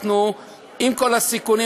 עם כל הסיכונים,